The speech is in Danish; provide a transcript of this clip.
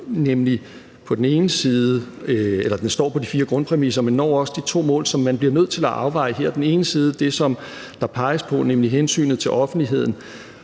som vi har foretaget, og den står på de fire grundpræmisser, men når også de to mål, som man bliver nødt til at afveje her: på den ene side det, der peges på, nemlig hensynet til offentligheden,